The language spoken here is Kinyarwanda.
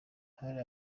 hari